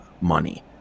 money